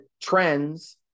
trends